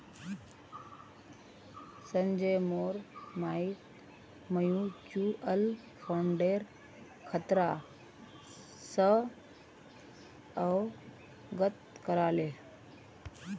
संजय मोर मइक म्यूचुअल फंडेर खतरा स अवगत करा ले